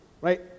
right